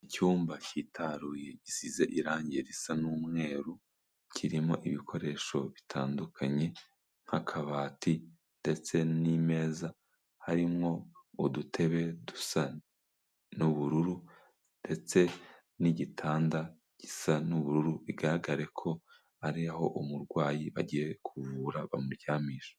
Icyumba kihitaruye gisize irangi risa n'umweru kirimo ibikoresho bitandukanye, nk'akabati ndetse n'imeza, harimwo udutebe dusa n'ubururu, ndetse n'igitanda gisa n'ubururu bigaragare ko ari aho umurwayi bagiye kuvura bamuryamisha.